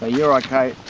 you're okay,